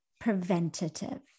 preventative